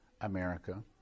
America